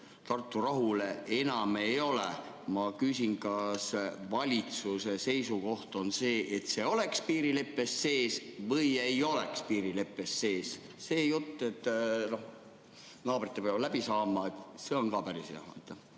Tartu rahule enam ei ole. Kas valitsuse seisukoht on, et see oleks piirileppes sees või ei oleks piirileppes sees? See jutt, et naabritega peab läbi saama, on ka päris hea.